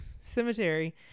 cemetery